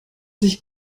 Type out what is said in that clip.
sich